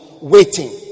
waiting